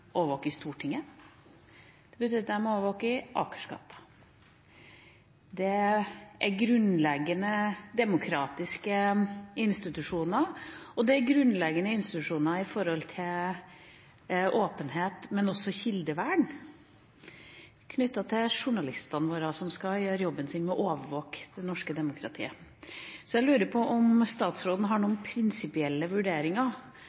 Stortinget, og det betyr at de overvåker Akersgaten. Dette er grunnleggende demokratiske institusjoner, og det er grunnleggende institusjoner når det gjelder åpenhet, men også kildevern knyttet til journalistene våre, som skal gjøre jobben sin med å overvåke det norske demokratiet. Jeg lurer på om statsråden har noen prinsipielle vurderinger